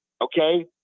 Okay